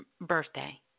birthday